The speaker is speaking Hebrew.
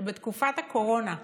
שבתקופת הקורונה,